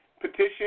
petition